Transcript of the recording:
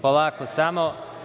Polako samo.